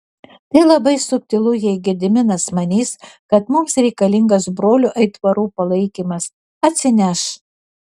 tai labai subtilu jei gediminas manys kad mums reikalingas brolių aitvarų palaikymas atsineš